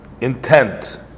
intent